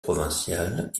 provinciale